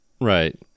right